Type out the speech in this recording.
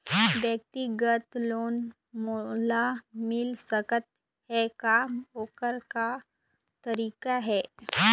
व्यक्तिगत लोन मोल मिल सकत हे का, ओकर का तरीका हे?